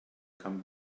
come